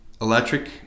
electric